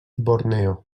borneo